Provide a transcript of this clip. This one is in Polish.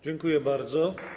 Dziękuję bardzo.